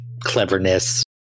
cleverness